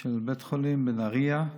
של בית החולים בנהריה,